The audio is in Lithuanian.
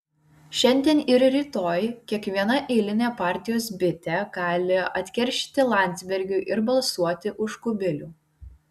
šiandien ir rytoj kiekviena eilinė partijos bitė gali atkeršyti landsbergiui ir balsuoti už kubilių